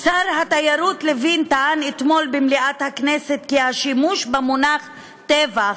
שר התיירות לוין טען אתמול במליאת הכנסת כי השימוש במונח טבח,